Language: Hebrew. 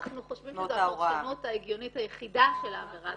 אנחנו חושבים שזו הפרשנות ההגיונית היחידה של העבירה הזאת,